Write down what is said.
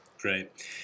Great